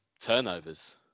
turnovers